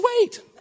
wait